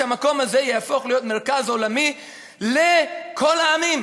שהמקום הזה יהפוך להיות מרכז עולמי לכל העמים.